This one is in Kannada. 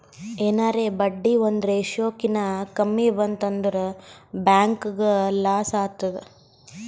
ಎನಾರೇ ಬಡ್ಡಿ ಒಂದ್ ರೇಶಿಯೋ ಕಿನಾ ಕಮ್ಮಿ ಬಂತ್ ಅಂದುರ್ ಬ್ಯಾಂಕ್ಗ ಲಾಸ್ ಆತ್ತುದ್